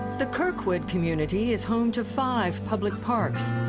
the kirkwood community is home to five public parks.